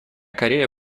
корея